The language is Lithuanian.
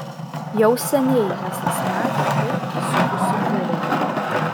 jau seniai hesas matė taip įsiutusį fiurerį